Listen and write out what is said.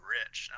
rich